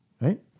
Right